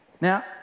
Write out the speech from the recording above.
Now